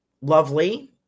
lovely